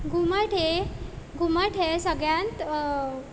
घुमट हें घुमट हें सगळ्यांत